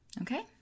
Okay